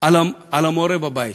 על המורה בבית.